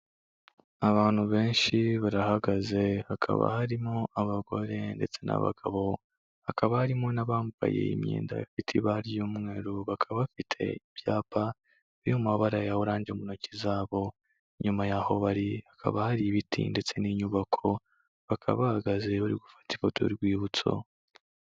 Abantu benshi barahagaze hakaba harimo abagore ndetse n'abagabo, hakaba harimo n'abambaye imyenda bafite ibara ry'umweru, bakaba bafite ibyapa biri mu mabara ya oranje mu ntoki zabo, nyuma yaho bari hakaba hari ibiti ndetse n'inyubako, bakaba bahagaze bari gufata ifoto y'urwibutso.